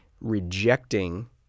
rejecting